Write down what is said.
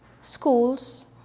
schools